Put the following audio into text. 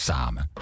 Samen